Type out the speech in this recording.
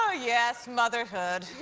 ah yes, motherhood.